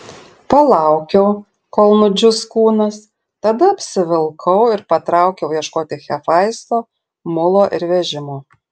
palaukiau kol nudžius kūnas tada apsivilkau ir patraukiau ieškoti hefaisto mulo ir vežimo